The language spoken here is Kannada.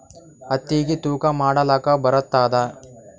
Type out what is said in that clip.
ಹತ್ತಿಗಿ ತೂಕಾ ಮಾಡಲಾಕ ಬರತ್ತಾದಾ?